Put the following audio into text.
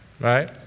Right